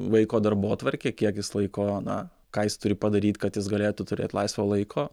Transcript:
vaiko darbotvarkę kiek jis laiko na ką jis turi padaryt kad jis galėtų turėt laisvo laiko